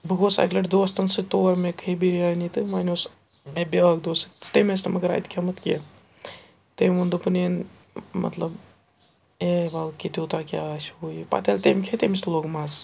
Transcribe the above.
بہٕ گوس اَکہِ لَٹہِ دوستَن سۭتۍ تور مےٚ کھے بِریانی تہٕ وۄنۍ اوس مےٚ بیٛاکھ دوس سۭتۍ تہٕ تٔمۍ ٲس نہٕ مگر اَتہِ کھیوٚمُت کیٚنٛہہ تٔمۍ ووٚن دوٚپُن ہے مطلب اے وَلہٕ کہِ تیوٗتاہ کیٛاہ آسہِ ہُہ یہِ پَتہٕ ییٚلہِ تٔمۍ کھے تٔمِس تہِ لوٚگ مَزٕ